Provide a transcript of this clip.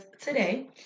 today